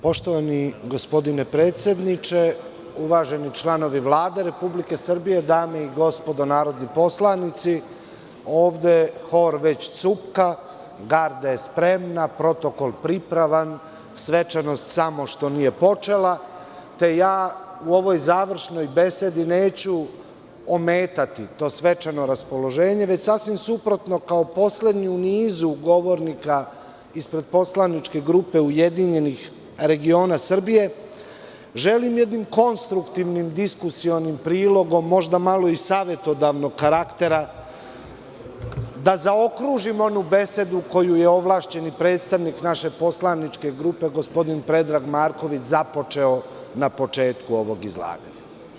Poštovani gospodine predsedniče, uvaženi članovi Vlade Republike Srbije, dame i gospodo narodni poslanici, ovde hor već cupka, garda je spremna, protokol pripravan, svečanost samo što nije počela, te u ovoj završnoj besedi neću ometati to svečano raspoloženje, već sasvim suprotno, kao poslednji u nizu govornika, ispred poslaničke grupe URS, želim jednim konstruktivnim diskusionim prilogom, možda malo i savetodavnog karaktera, da zaokružim onu besedu koju je ovlašćeni predstavnik naše poslaničke grupe, gospodin Predrag Marković, započeo na početku ovog izlaganja.